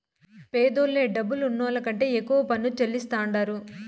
పేదోల్లే డబ్బులున్నోళ్ల కంటే ఎక్కువ పన్ను చెల్లిస్తాండారు